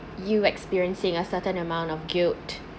you experiencing a certain amount of guilt